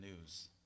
news